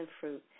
fruit